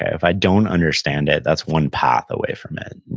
if i don't understand it, that's one path away from it,